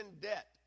debt